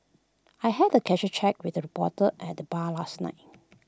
I had the casual chat with A reporter at the bar last night